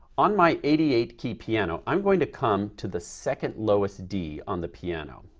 on my eighty eight key piano, i'm going to come to the second lowest d on the piano.